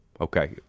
okay